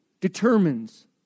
determines